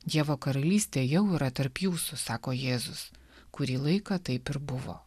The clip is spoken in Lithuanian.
dievo karalystė jau yra tarp jūsų sako jėzus kurį laiką taip ir buvo